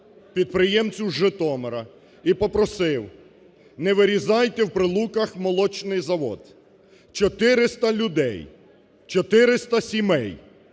підприємцю з Житомира, і попросив: не вирізайте в Прилуках молочник завод. 400 людей, 400 сімей